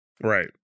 Right